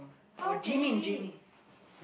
how can it be